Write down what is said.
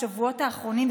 בשבועות האחרונים,